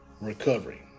recovery